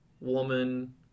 Woman